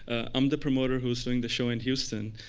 i'm the promoter who's doing the show in houston.